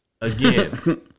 Again